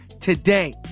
today